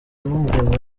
n’umurimo